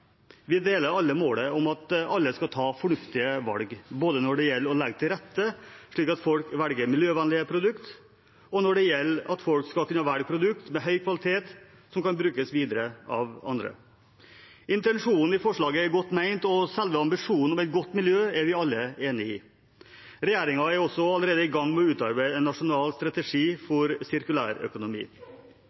Vi deler alle målet om at alle skal ta fornuftige valg, både når det gjelder å legge til rette slik at folk velger miljøvennlige produkt, og når det gjelder at folk skal kunne velge produkt med høy kvalitet som kan brukes videre av andre. Intensjonen i forslaget er godt ment, og selve ambisjonen om et godt miljø er vi alle enig i. Regjeringen er allerede i gang med å utarbeide en nasjonal strategi for